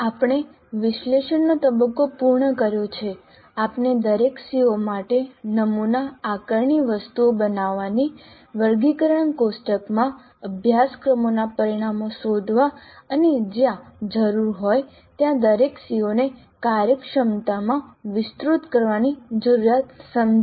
આપને વિશ્લેષણનો તબક્કો પૂર્ણ કર્યો છે આપને દરેક CO માટે નમૂના આકારણી વસ્તુઓ બનાવવાની વર્ગીકરણ કોષ્ટકમાં અભ્યાસક્રમોના પરિણામો શોધવા અને જ્યાં જરૂર હોય ત્યાં દરેક CO ને કાર્યક્ષમતામાં વિસ્તૃત કરવાની જરૂરિયાત સમજી